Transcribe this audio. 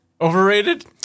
Overrated